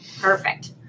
Perfect